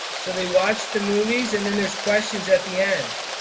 so they watch the movies and then there's questions at the end.